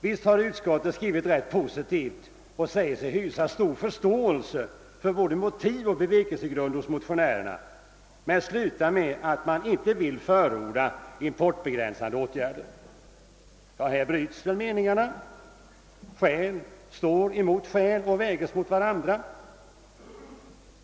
Visst har utskottet skrivit rätt positivt och säger sig hysa stor förståelse för både motiven och bevekelsegrunderna hos motionärerna, men utskottet slutar med att säga att det inte vill förorda importbegränsande åtgärder. Ja, här bryts väl meningarna, Skäl står mot skäl och får vägas mot varandra.